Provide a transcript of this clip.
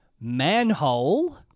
manhole